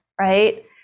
right